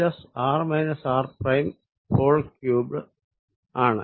ഇത് 14π0dVρrr rr r3 ആണ്